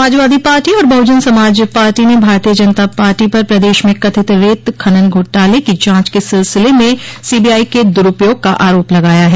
Samajwadi Party और Bahujan Samaj Party ने Bharatiya Janata Party पर प्रदेश में कथित रेत खनन घोटाले की जांच के सिलसिले में सीबीआई के द्रूपयोग का आरोप लगाया है